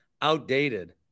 outdated